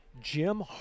Jim